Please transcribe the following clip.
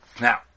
Now